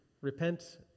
repent